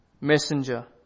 messenger